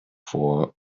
for